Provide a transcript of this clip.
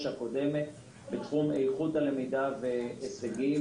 הקודמת בתחום איכות הלמידה והישגים,